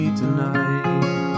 tonight